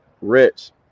rich